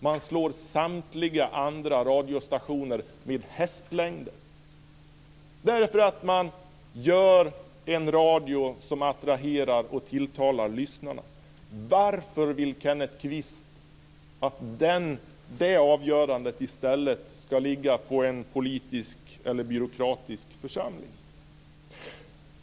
Man slår samtliga andra radiostationer med hästlängder, därför att man gör radioprogram som attraherar och tilltar lyssnarna. Varför vill Kenneth Kvist att det avgörandet i stället ska ligga på en politisk eller byråkratisk församling?